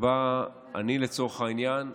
שבה אני, לצורך העניין,